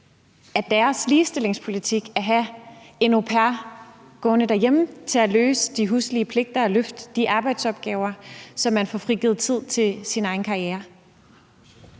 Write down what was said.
er deres ligestillingspolitik at have en au pair gående derhjemme til at løse de huslige pligter og løfte de arbejdsopgaver, så man får frigivet tid til sin egen karriere.